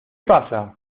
pasa